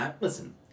Listen